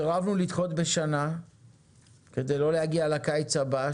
סירבנו לדחות בשנה כדי לא להגיע לקיץ הבא,